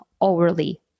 overly